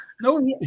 No